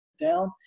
down